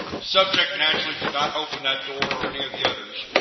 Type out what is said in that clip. subject, naturally, did not open that door or any of the others.